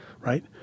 right